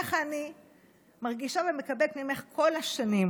ככה אני מרגישה ומקבלת ממך כל השנים.